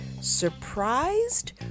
surprised